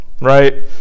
right